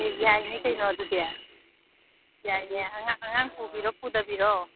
ꯑꯦ ꯌꯥꯏꯍꯦ ꯀꯩꯅꯣ ꯑꯗꯨꯗꯤ ꯌꯥꯏꯅꯦ ꯑꯉꯥꯡ ꯄꯨꯕꯤꯔꯣ ꯄꯨꯗꯕꯤꯔꯣ